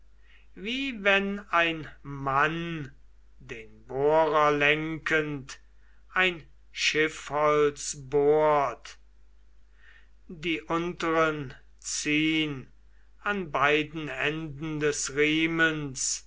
wie wenn ein mann den bohrer lenkend ein schiffholz bohrt die unteren ziehn an beiden enden des riemens